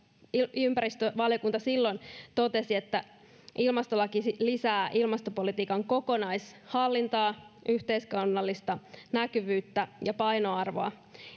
ympäristövaliokunta silloin totesi että ilmastolaki lisää ilmastopolitiikan kokonaishallintaa yhteiskunnallista näkyvyyttä ja painoarvoa